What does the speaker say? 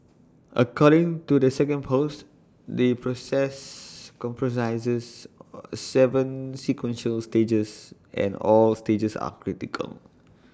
according to the second post the process comprises Seven sequential stages and all stages are critical